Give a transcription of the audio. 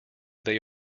they